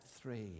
three